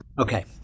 Okay